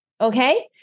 Okay